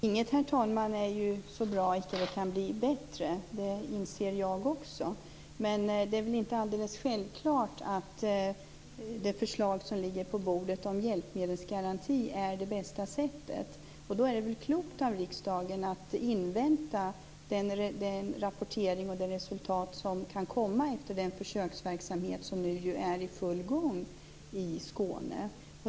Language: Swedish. Herr talman! Ingenting är så bra att det inte kan bli bättre, det inser jag också. Men det är väl inte alldeles självklart att det förslag som ligger på bordet om hjälpmedelsgaranti är det bästa sättet. Och då är det väl klokt av riksdagen att invänta den rapportering och det resultat som kan komma efter den försöksverksamhet som nu är i full gång i Skåne.